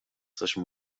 zwischen